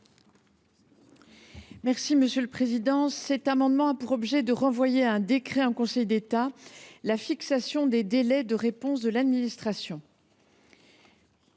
est à Mme la ministre. Cet amendement a pour objet de renvoyer à un décret en Conseil d’État la fixation des délais de réponse de l’administration